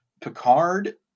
Picard